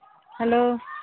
hello